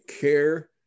care